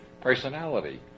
personality